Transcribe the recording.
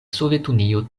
sovetunio